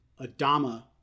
Adama